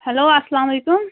hello اسلام علیکُم